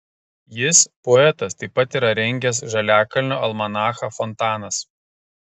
jis poetas taip pat yra rengęs žaliakalnio almanachą fontanas